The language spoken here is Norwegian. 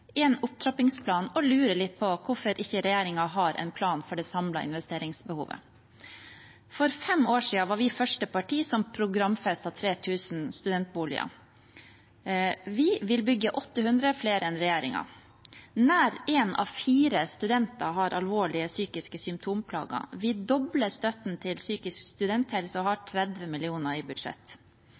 en opptrappingsplan og lurer litt på hvorfor ikke regjeringen har en plan for det samlede investeringsbehovet. For fem år siden var vi det første partiet som programfestet 3 000 studentboliger. Vi vil bygge 800 flere enn regjeringen. Nær én av fire studenter har alvorlige psykiske symptomplager. Vi dobler støtten til psykisk studenthelse og har 30 mill. kr i